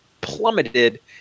plummeted